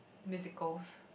musicals